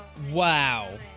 Wow